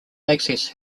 access